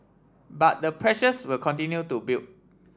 but the pressures will continue to build